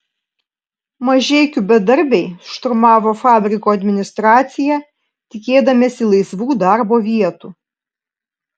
mažeikių bedarbiai šturmavo fabriko administraciją tikėdamiesi laisvų darbo vietų